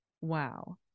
Wow